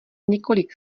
několik